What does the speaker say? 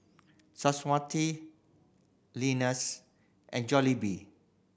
Swarovski Lenas and Jollibee